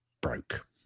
broke